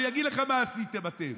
אני אגיד לך מה עשיתם אתם: